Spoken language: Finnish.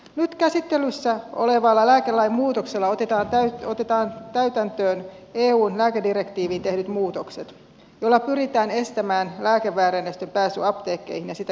nyt käsittelyssä olevalla lääkelain muutoksella otetaan täytäntöön eun lääkedirektiiviin tehdyt muutokset joilla pyritään estämään lääkeväärennösten pääsy apteekkeihin ja sitä kautta kuluttajille